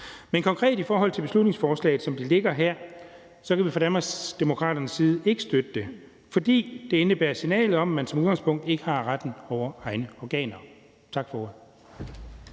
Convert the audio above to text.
Men konkret i forhold til beslutningsforslaget, som det ligger her, kan vi fra Danmarksdemokraternes side ikke støtte det, fordi det indebærer et signal om, at man som udgangspunkt ikke har retten over egne organer. Tak for